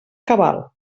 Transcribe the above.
cabal